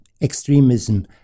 extremism